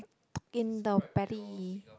in the